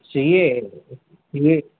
C A C A